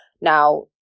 Now